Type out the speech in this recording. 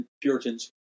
Puritans